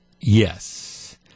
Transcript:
yes